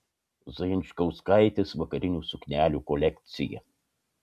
zajančkauskaitės vakarinių suknelių kolekcija